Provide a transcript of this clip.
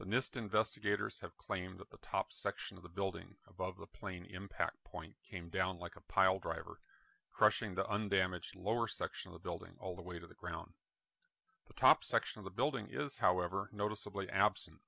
the nist investigators have claimed that the top section of the building above the plane impact point came down like a pile driver crushing the undamaged lower section of the building all the way to the ground the top section of the building is however noticeably a